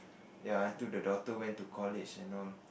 ya until the daughter went to college and all